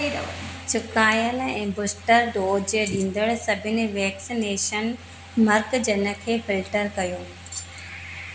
चुकायल ऐं booster dose ॾींदड़ सभिनी वैक्सनेशन मर्कज़नि खे फिल्टर कयो